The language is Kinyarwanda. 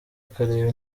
akareba